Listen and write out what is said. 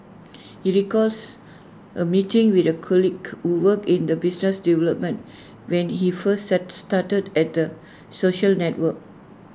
he recalls A meeting with A colleague who worked in the business development when he first at started at the social network